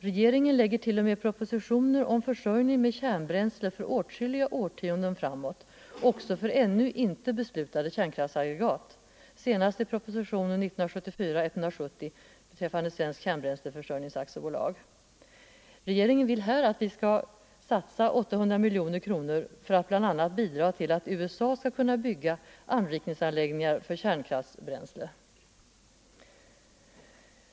Regeringen lägger t.o.m. fram propositioner om försörjning med kärnbränsle för åtskilliga årtionden framåt också för ännu inte beslutade kärnkraftsaggregat, senast i propositionen 170 i år beträffande Svensk kärnbränsleförsörjnings AB. Regeringen vill här att vi skall satsa 800 miljoner kronor för att bl.a. bidra till att USA skall kunna bygga anriksanläggningar för kärnkraftsbränsle.